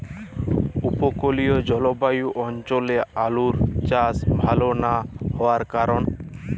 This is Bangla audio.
উপকূলীয় জলবায়ু অঞ্চলে আলুর চাষ ভাল না হওয়ার কারণ?